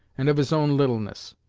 and of his own littleness.